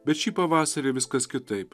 bet šį pavasarį viskas kitaip